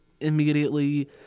immediately